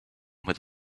with